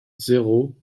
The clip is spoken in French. zéro